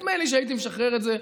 נדמה לי שהייתי משחרר את זה.